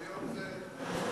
היום זה כלום.